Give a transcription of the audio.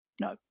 no